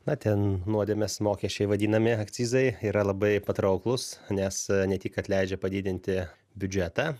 na ten nuodėmės mokesčiai vadinami akcizai yra labai patrauklūs nes ne tik kad leidžia padidinti biudžetą